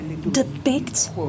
depicts